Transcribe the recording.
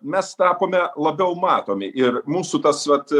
mes tapome labiau matomi ir mūsų tas vat